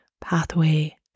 pathway